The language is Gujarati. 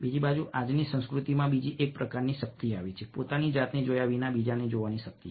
બીજી બાજુ આજની સંસ્કૃતિમાં બીજી એક પ્રકારની શક્તિ આવી છે પોતાની જાતને જોયા વિના બીજાને જોવાની શક્તિ